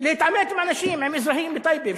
להתעמת עם אנשים, עם אזרחים בטייבה.